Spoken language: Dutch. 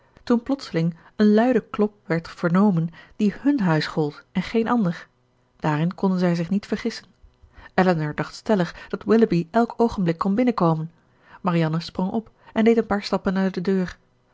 toen plotseling een luide klop werd vernomen die hun huis gold en geen ander daarin konden zij zich niet vergissen elinor dacht stellig dat willoughby elk oogenblik kon binnenkomen marianne sprong op en deed een paar stappen naar de deur